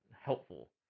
helpful